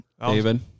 David